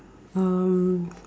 um